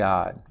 God